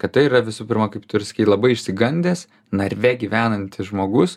kad tai yra visų pirma kaip tu ir sakei labai išsigandęs narve gyvenantis žmogus